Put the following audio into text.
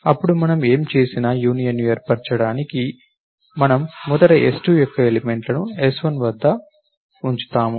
అప్పుడు మనం ఏమి చేసినా యూనియన్ను ఏర్పరచడానికి మనము మొదట s2 యొక్క ఎలిమెంట్ల ను s1 చివర వద్ద ఉంచుతాము